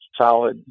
solid